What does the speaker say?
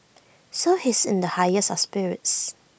so he's in the highest of spirits